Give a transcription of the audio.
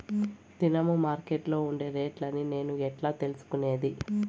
దినము మార్కెట్లో ఉండే రేట్లని నేను ఎట్లా తెలుసుకునేది?